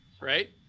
right